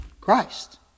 Christ